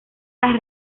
las